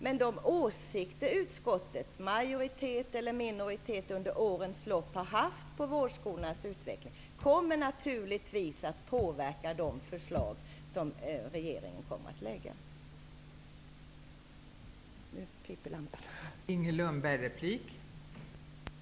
Men de åsikter utskottet, majoritet eller minoritet, under årens lopp har haft angående utvecklingen av utbildningen på vårdhögskolorna kommer naturligtvis att påverka de förslag som regeringen kommer att lägga fram.